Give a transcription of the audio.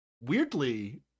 weirdly